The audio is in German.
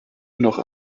noch